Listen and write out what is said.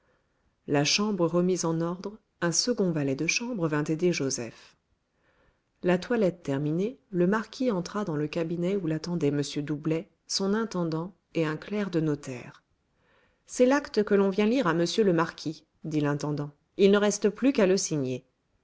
la chambre remise en ordre un second valet de chambre vint aider joseph la toilette terminée le marquis entra dans le cabinet où l'attendaient m doublet son intendant et un clerc de notaire c'est l'acte que l'on vient lire à m le marquis dit l'intendant il ne reste plus qu'à le signer